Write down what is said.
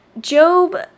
Job